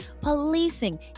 policing